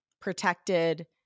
protected